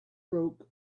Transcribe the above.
broke